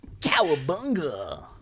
cowabunga